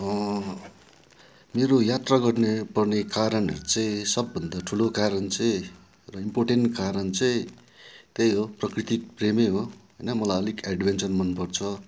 मेरो यात्रा गर्नै पर्ने कारणहरू चाहिँ सबभन्दा ठुलो कारण चाहिँ र इम्पोर्टेन्ट कारण चाहिँ त्यही हो प्रकृति प्रेम हो मलाई अलिक एडभेन्चर मन पर्छ